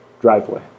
driveway